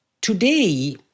Today